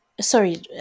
Sorry